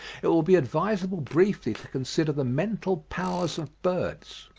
it will be advisable briefly to consider the mental powers of birds.